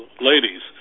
ladies